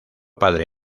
padre